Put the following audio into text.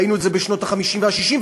וראינו את זה בשנות ה-50 וה-60,